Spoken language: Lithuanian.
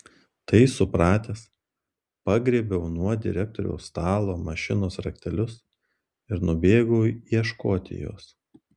tai supratęs pagriebiau nuo direktoriaus stalo mašinos raktelius ir nubėgau ieškoti jos